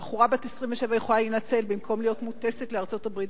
בחורה בת 27 יכולה להינצל במקום להיות מוטסת לארצות-הברית.